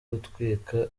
gutwika